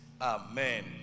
Amen